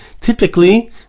Typically